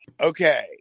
Okay